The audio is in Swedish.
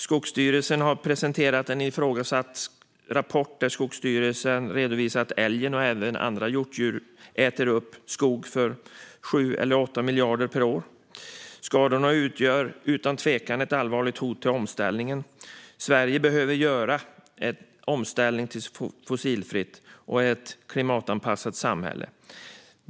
Skogsstyrelsen har presenterat en ifrågasatt rapport där man redovisar att älgen och även andra hjortdjur äter upp skog för 7-8 miljarder kronor varje år. Skadorna utgör utan tvekan ett allvarligt hot mot den omställning Sverige behöver göra till ett fossilfritt och klimatanpassat samhälle.